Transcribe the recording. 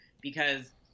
because-